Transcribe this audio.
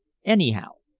anyhow,